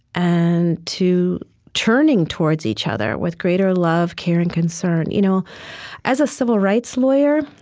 and to turning towards each other with greater love, care, and concern you know as a civil rights lawyer,